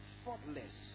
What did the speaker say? faultless